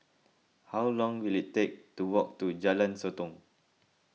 how long will it take to walk to Jalan Sotong